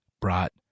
brought